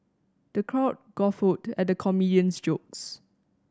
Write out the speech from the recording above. the crowd guffawed at the comedian's jokes